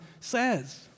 says